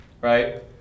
right